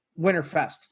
Winterfest